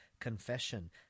confession